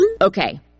Okay